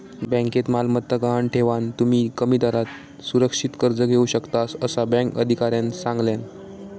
बँकेत मालमत्ता गहाण ठेवान, तुम्ही कमी दरात सुरक्षित कर्ज घेऊ शकतास, असा बँक अधिकाऱ्यानं सांगल्यान